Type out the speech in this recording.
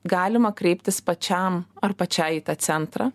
galima kreiptis pačiam ar pačiai į tą centrą